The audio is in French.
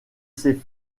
ses